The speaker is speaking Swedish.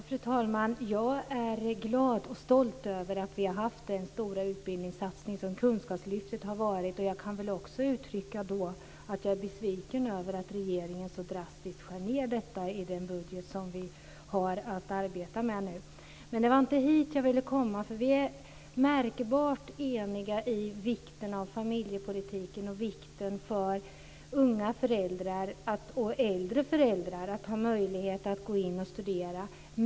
Fru talman! Jag är glad och stolt över att vi har haft den stora utbildningssatsning som Kunskapslyftet har varit. Jag kan också uttrycka att jag är besviken över att regeringen så drastiskt skär ned detta i den budget som vi har att arbeta med nu. Men det var inte dit jag ville komma. Vi är ju märkbart eniga om vikten av familjepolitiken och vikten för unga och äldre föräldrar av att ha möjlighet att gå in och studera.